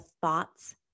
thoughts